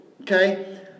okay